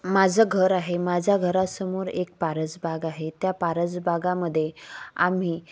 माझं घर आहे माझा घरासमोर एक पारसबाग आहे त्या पारसबागामध्ये आम्ही